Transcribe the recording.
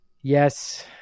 Yes